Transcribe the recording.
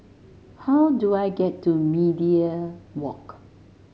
how do I get to Media Walk